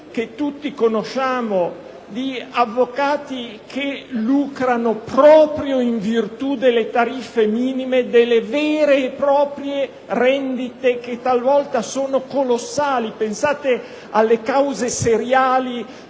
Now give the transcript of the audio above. che tutti conosciamo, di avvocati che lucrano proprio in virtù delle tariffe minime delle vere e proprie rendite che talvolta sono colossali? Mi riferisco alle cause seriali,